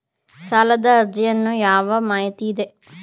ಸಾಲದ ಅರ್ಜಿಯಲ್ಲಿ ಯಾವ ಮಾಹಿತಿ ಇದೆ?